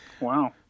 wow